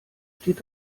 steht